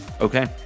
Okay